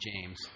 James